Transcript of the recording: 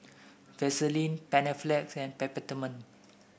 Vaselin Panaflex and Peptamen